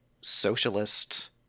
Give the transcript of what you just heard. socialist